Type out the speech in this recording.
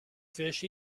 fish